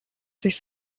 sich